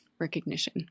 recognition